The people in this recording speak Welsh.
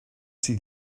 sydd